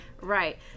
Right